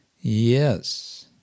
Yes